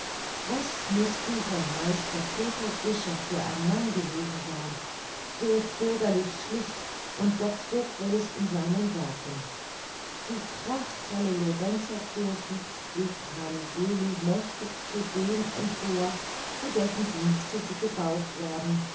was muß dieser meister peter vischer für ein mann gewesen sein so bürgerlich schlicht und doch so groß in seinen werken die prachtvolle lorenzerkirche hob meine seele mächtig zu dem empor zu dessen dienste sie gebaut worden